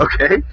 Okay